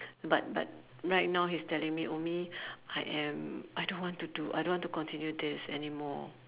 but but right now he's telling me ummi I am I don't want to do I don't want to continue this anymore